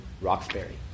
Roxbury